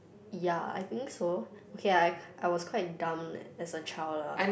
ya I think so okay lah I I was quite dumb as a child lah